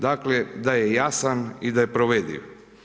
Dakle, da je jasan i da je provediv.